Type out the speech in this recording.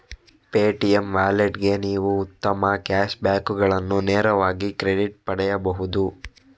Paytm ವ್ಯಾಲೆಟ್ಗೆ ನೀವು ಉತ್ತಮ ಕ್ಯಾಶ್ ಬ್ಯಾಕುಗಳನ್ನು ನೇರವಾಗಿ ಕ್ರೆಡಿಟ್ ಪಡೆಯಬಹುದು